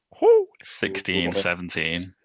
16-17